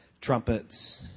trumpets